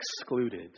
excluded